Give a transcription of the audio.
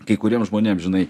kai kuriem žmonėm žinai